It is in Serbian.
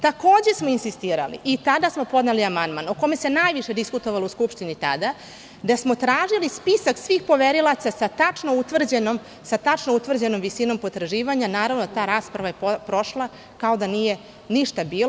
Takođe smo insistirali, i kada smo podneli amandman o kojem se najviše diskutovalo u Skupštini tada, da smo tražili spisak svih poverilaca sa tačno utvrđenom visinom potraživanja, naravno ta rasprava je prošla kao da nije ništa bilo.